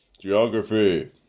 Geography